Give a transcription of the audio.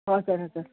हजुर हजुर